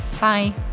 Bye